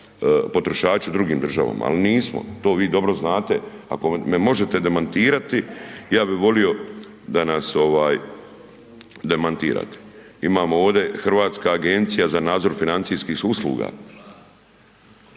potrošači u drugim državama. Ali nismo, to vi dobro znate ako me možete demantirati, ja bih volio da nas demantirate. Imamo ovdje Hrvatska agencija za nadzor financijskih usluga,